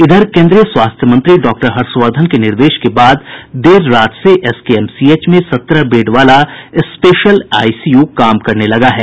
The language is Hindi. इधर केन्द्रीय स्वास्थ्य मंत्री डॉक्टर हर्षवर्द्धन के निर्देश के बाद देर रात से एसकेएमसीएच में सत्रह बेड वाला स्पेशल आईसीयू काम करने लगा है